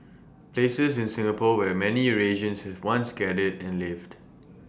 places in Singapore where many Eurasians once gathered and lived